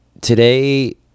today